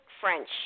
French